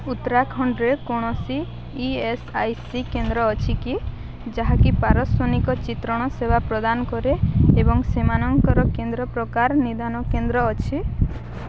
ଉତ୍ତରାଖଣ୍ଡରେ କୌଣସି E S I C କେନ୍ଦ୍ର ଅଛି କି ଯାହାକି ପାରସ୍ଵନିକ ଚିତ୍ରଣ ସେବା ପ୍ରଦାନ କରେ ଏବଂ ସେମାନଙ୍କର କେନ୍ଦ୍ର ପ୍ରକାର ନିଦାନ କେନ୍ଦ୍ର ଅଛି